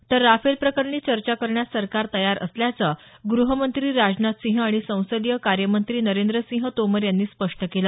तर राफेल प्रकरणी चर्चा करण्यास सरकार तयार असल्याचं गृहमंत्री राजनाथ सिंह आणि संसदीय कार्यमंत्री नरेंद्र सिंह तोमर यांनी स्पष्ट केलं